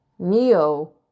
neo